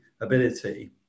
Ability